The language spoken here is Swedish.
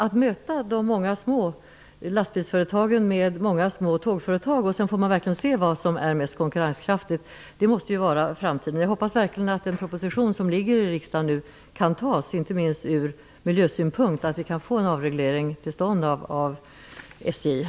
Att möta de många små lastbilsföretagen med många små tågföretag måste vara framtiden, och sedan får man se vad som är mest konkurrenskraftigt. Jag hoppas verkligen att den proposition som ligger i riksdagen nu kan antas, inte minst från miljösynpunkt, och att en avreglering av SJ kan komma till stånd.